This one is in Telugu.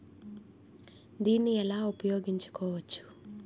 దీన్ని ఎలా ఉపయోగించు కోవచ్చు?